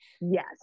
Yes